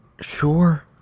sure